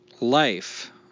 life